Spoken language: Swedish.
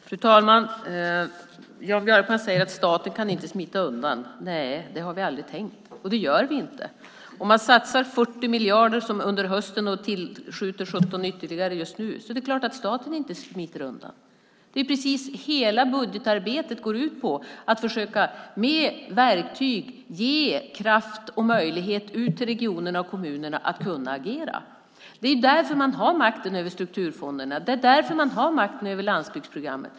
Fru talman! Jan Björkman säger att staten inte kan smita undan. Nej, det har vi aldrig tänkt göra, och det gör vi inte. Om vi, som vi gjorde under hösten, satsar 40 miljarder och just nu tillskjuter ytterligare 17 miljarder smiter staten självklart inte undan. Hela budgetarbetet går ut på att med verktyg försöka ge kommuner och regioner kraft och möjligheter att agera. Det därför man har makten över strukturfonderna. Det är därför man har makten över landsbygdsprogrammet.